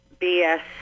BS